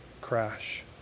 crash